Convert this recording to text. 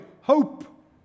hope